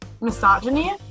misogyny